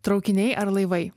traukiniai ar laivai